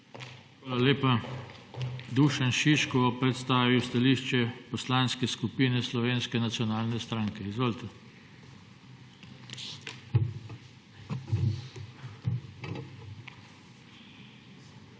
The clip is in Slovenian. Hvala lepa. Dušan Šiško bo predstavil stališče Poslanske skupine Slovenske nacionalne stranke. Izvolite. DUŠAN ŠIŠKO